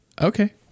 Okay